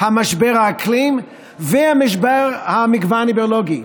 משבר האקלים ומשבר המגוון הביולוגי.